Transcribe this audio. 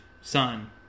son